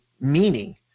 meaning